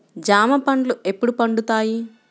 జామ పండ్లు ఎప్పుడు పండుతాయి?